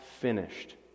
finished